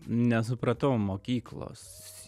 nesupratau mokyklos